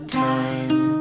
time